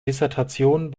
dissertation